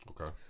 Okay